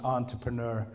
entrepreneur